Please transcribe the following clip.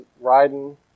riding